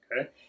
Okay